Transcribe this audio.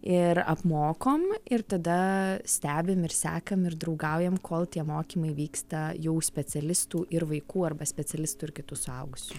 ir apmokom ir tada stebim ir sekam ir draugaujam kol tie mokymai vyksta jau specialistų ir vaikų arba specialistų ir kitų suaugusių